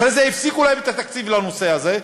אחרי זה הפסיקו להם את התקציב לנושא הזה,